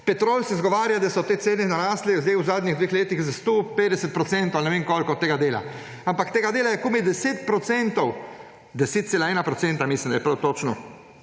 Petrol se izgovarja, da so te cene narasle v zadnjih dveh letih za 150 % ali ne vem koliko, ampak tega dela je komaj 10 %, 10,1 % mislim, da je točno,